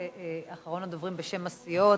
אחרון הדוברים בשם הסיעות,